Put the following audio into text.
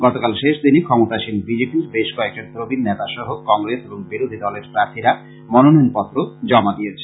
গতকাল শেষ দিনে ক্ষমতাসীন বি জে পি র বেশ কয়েকজন প্রবীন নেতা সহ কংগ্রেস এবং বিরোধী দলের প্রার্থীরা মনোনয়নপত্র জমা দিয়েছেন